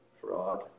Fraud